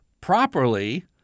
properly